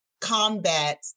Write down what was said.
combat